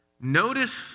Notice